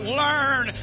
learn